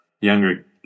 younger